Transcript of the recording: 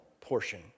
portion